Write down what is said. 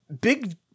Big